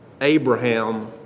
Abraham